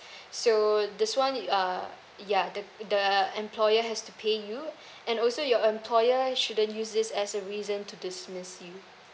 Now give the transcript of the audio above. so this one it uh ya the the employer has to pay you and also your employer shouldn't use this as a reason to dismiss you